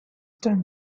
time